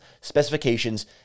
specifications